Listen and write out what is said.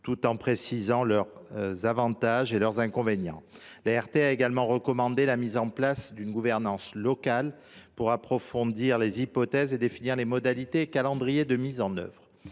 alternatifs, avec leurs avantages et inconvénients respectifs. Elle a également recommandé la mise en place d’une gouvernance locale pour approfondir les hypothèses et définir les modalités et le calendrier de mise en œuvre.